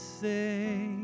say